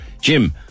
Jim